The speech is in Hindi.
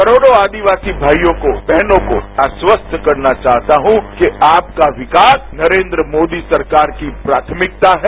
करोड़ों आदिवाती भाइयों को बहनों को मैं आस्वस्त करना चाहता हूँ कि आपका विकास नरेन्द्र मोदी सरकार की प्राथमिकता है